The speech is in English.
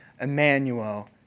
Emmanuel